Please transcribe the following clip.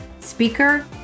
speaker